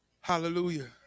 Hallelujah